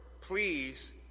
please